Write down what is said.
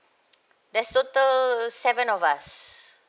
that's total seven of us